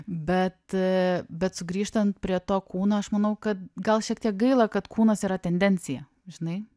bet bet sugrįžtant prie to kūno aš manau kad gal šiek tiek gaila kad kūnas yra tendencija žinai